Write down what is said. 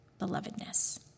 belovedness